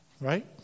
Right